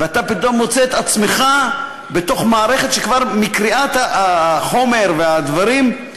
ואתה פתאום מוצא את עצמך בתוך מערכת שכבר מקריאת החומר והדברים,